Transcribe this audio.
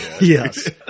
Yes